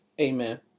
Amen